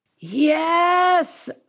Yes